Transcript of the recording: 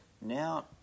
now